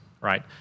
right